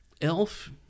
Elf